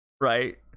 right